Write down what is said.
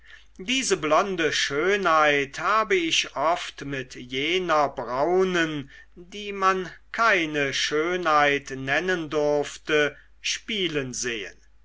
diese blonde schönheit habe ich oft mit jener braunen die man keine schönheit nennen durfte spielen sehen